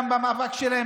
גם במאבק שלהם.